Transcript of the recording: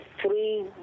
three